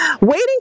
waiting